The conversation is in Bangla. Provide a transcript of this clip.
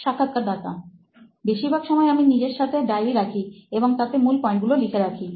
সাক্ষাৎকারদাতা বেশিরভাগ সময় আমি নিজের সাথে ডাইরি রাখি এবং তাতে মূল পয়েন্টগুলো লিখে রাখি